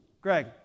Greg